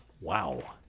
Wow